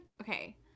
okay